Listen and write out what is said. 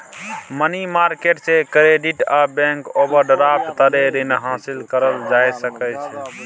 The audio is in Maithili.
मनी मार्केट से क्रेडिट आ बैंक ओवरड्राफ्ट तरे रीन हासिल करल जा सकइ छइ